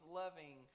loving